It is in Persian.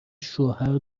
شوهر